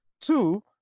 Two